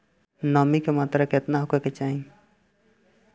नमी के मात्रा केतना होखे के चाही?